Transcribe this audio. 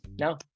no